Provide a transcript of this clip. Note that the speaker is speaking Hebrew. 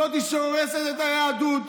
זאת שהורסת את היהדות,